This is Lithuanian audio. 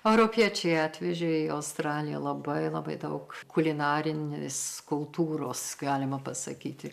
europiečiai atvežė į australiją labai labai daug kulinarinės kultūros galima pasakyti